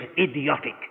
idiotic